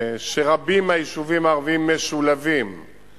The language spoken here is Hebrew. שרבים מהיישובים הערביים משולבים בה,